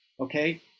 Okay